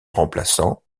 remplaçant